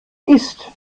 isst